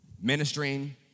ministering